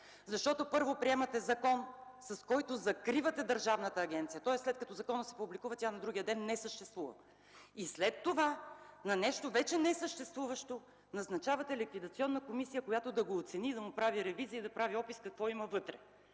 Защото първо приемате закон, с който закривате Държавната агенция – тоест, след като законът се публикува, на другия ден тя не съществува. След това, на нещо вече несъществуващо назначавате ликвидационна комисия, която да го оцени и да му прави ревизия, да прави опис какво има вътре,